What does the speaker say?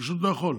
פשוט לא יכול.